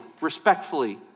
respectfully